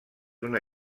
una